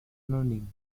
learning